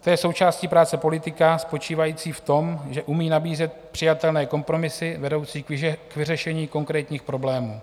To je součástí práce politika spočívající v tom, že umí nabízet přijatelné kompromisy vedoucí k vyřešení konkrétních problémů.